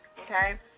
okay